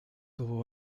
tuvo